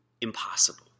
impossible